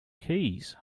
keys